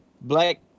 black